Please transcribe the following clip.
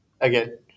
again